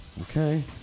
Okay